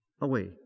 away